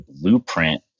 blueprint